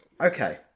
okay